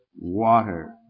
water